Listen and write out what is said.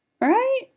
right